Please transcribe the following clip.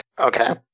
okay